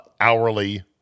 hourly